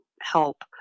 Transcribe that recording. help